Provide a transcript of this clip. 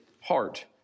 heart